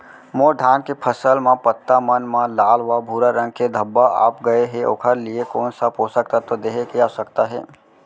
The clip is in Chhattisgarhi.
मोर धान के फसल म पत्ता मन म लाल व भूरा रंग के धब्बा आप गए हे ओखर लिए कोन स पोसक तत्व देहे के आवश्यकता हे?